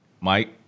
Mike